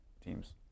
teams